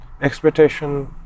expectation